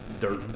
dirt